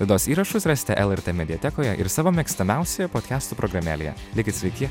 laidos įrašus rasite lrt mediatekoje ir savo mėgstamiausioje podkestų programėlėje likit sveiki